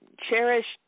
cherished